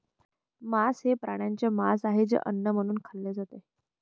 मांस हे प्राण्यांचे मांस आहे जे अन्न म्हणून खाल्ले जाते